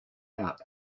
out